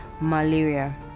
malaria